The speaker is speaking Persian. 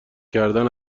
کردن